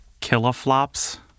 kiloflops